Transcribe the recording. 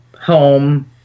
home